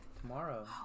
Tomorrow